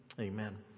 Amen